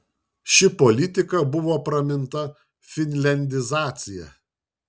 ši politika buvo praminta finliandizacija